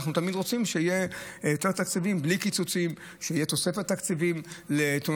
ואנחנו תמיד רוצים שיהיו יותר תקציבים בלי קיצוצים,